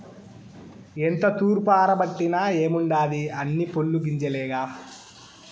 ఎంత తూర్పారబట్టిన ఏముండాది అన్నీ పొల్లు గింజలేగా